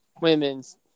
women's